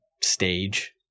stage